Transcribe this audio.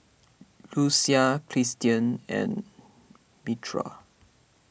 Luisa Christen and